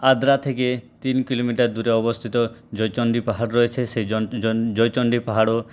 আদ্রা থেকে তিন কিলোমিটার দূরে অবস্থিত জয়চন্ডী পাহাড় রয়েছে সেই জয়চন্ডী পাহাড়েও